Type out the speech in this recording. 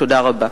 תודה רבה.